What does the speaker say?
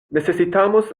necesitamos